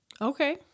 Okay